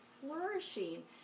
flourishing